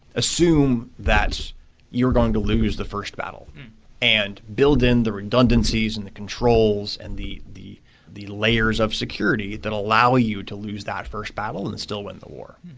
assume that you're going to lose the first battle and build in the redundancies and the controls and the the layers of security that allow you to lose that first battle and still win the war.